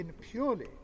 purely